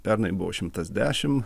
pernai buvo šimtas dešimt